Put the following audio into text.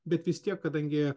bet vis tiek kadangi